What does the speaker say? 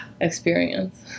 experience